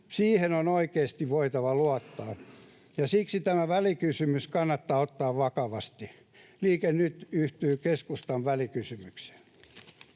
Siihen on oikeasti voitava luottaa. Siksi tämä välikysymys kannattaa ottaa vakavasti. Liike Nyt yhtyy keskustan välikysymykseen.